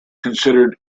considered